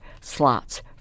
slots